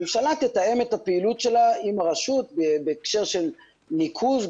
הממשלה תתאם את הפעילות שלה עם הרשות בהקשר של ניקוז,